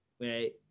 right